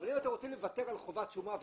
אבל אם אתם רוצים לוותר על חובת שומה,